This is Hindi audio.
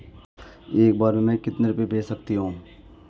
एक बार में मैं कितने रुपये भेज सकती हूँ?